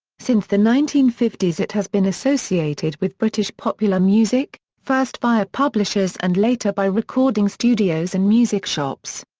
since the nineteen fifty s it has been associated with british popular music, first via publishers and later by recording studios and music shops.